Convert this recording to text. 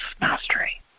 mastery